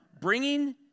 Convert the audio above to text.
bringing